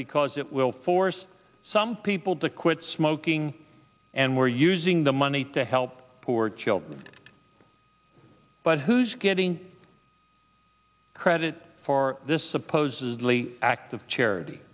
because it will force some people to quit smoking and we're using the money to help poor children but who's getting credit for this supposedly act of charity